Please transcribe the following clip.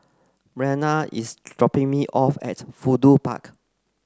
Marianna is dropping me off at Fudu Park